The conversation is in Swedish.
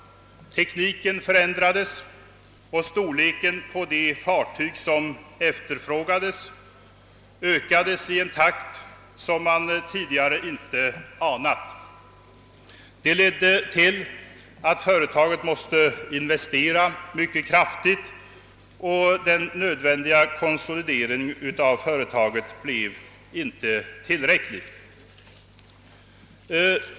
Tekniken förändrades, och storleken på de fartyg som efterfrågades ökades i en takt som man tidigare inte anat. Det ledde till att företaget måste investera mycket kraftigt, och den nödvändiga konsolideringen av företaget blev inte tillräcklig.